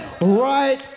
right